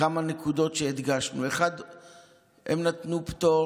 כמה נקודות שהדגשנו: 1. הם נתנו פטור